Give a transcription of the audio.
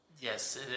Yes